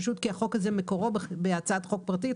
פשוט כי החוק הזה מקורו בהצעת חוק פרטית.